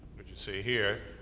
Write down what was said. which you see here,